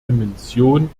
dimension